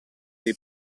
dei